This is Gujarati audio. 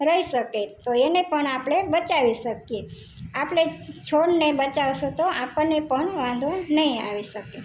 રહી શકે તો એને પણ આપણે બચાવી શકીએ આપણે છોડને બચાવશો તો આપણને પણ વાંધો નહીં આવી શકે